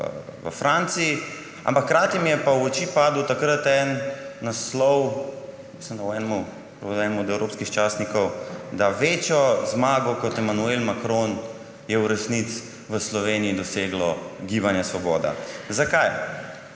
v Franciji, hkrati mi je pa v oči padel takrat en naslov, mislim, da v enem od evropskih časnikov, da je večjo zmago kot Emmanuel Macron v resnici v Sloveniji doseglo Gibanje Svoboda. Zakaj?